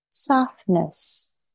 softness